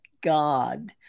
God